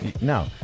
No